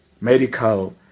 medical